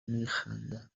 میخندم